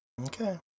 Okay